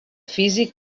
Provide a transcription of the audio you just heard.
físic